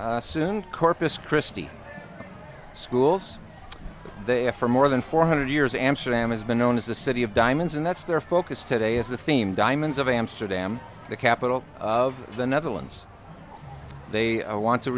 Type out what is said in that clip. soon corpus cristi schools they have for more than four hundred years amsterdam has been known as the city of diamonds and that's their focus today is the theme diamonds of amsterdam the capital of the netherlands they want to